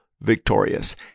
victorious